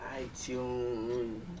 iTunes